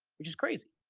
which is crazy.